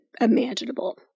imaginable